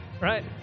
right